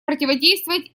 противодействовать